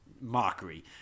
mockery